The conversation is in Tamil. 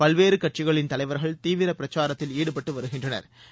பல்வேறு கட்சிகளின் தலைவா்கள் தீவிர பிரச்சாரத்தில் ஈடுபட்டு வருகின்றனா்